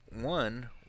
one